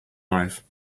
life